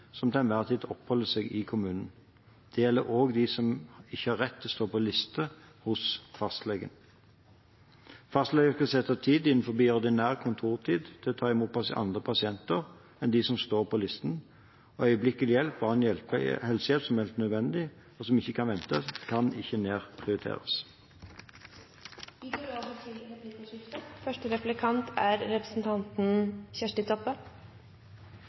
enhver tid oppholder seg i kommunen. Det gjelder også dem som ikke har rett til å stå på liste hos fastlegen. Fastlegene skal sette av tid innenfor den ordinære kontortid til å ta imot andre pasienter enn dem som står på listen. Øyeblikkelig hjelp og annen helsehjelp som er nødvendig, og som ikke kan vente, kan ikke nedprioriteres. Det blir replikkordskifte.